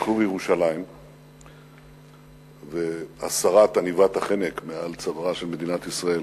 שחרור ירושלים והסרת עניבת החנק מעל צווארה של מדינת ישראל.